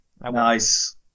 Nice